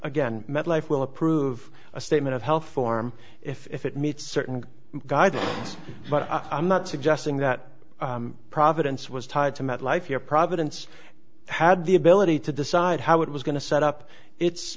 again metlife will approve a statement of health form if it meets certain guide us but i'm not suggesting that providence was tied to met life here providence had the ability to decide how it was going to set up it